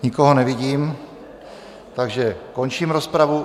Nikoho nevidím, takže končím rozpravu.